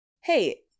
hey